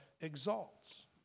exalts